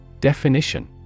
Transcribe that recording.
Definition